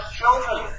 children